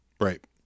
Right